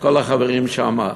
את כל החברים שמה.